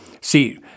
See